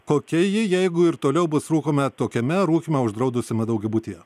kokia ji jeigu ir toliau bus rūkoma tokiame rūkymą uždraudusiam daugiabutyje